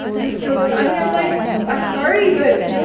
you still don't i mean, i'm like i'm sorry, but,